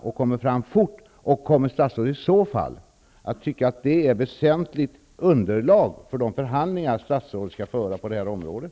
Dessutom undrar jag om statsrådet i så fall tycker att den kan vara ett väsentligt underlag för de förhandlingar som statsrådet skall föra på det här området.